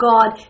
God